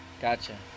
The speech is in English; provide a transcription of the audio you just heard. Gotcha